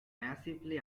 massively